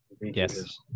Yes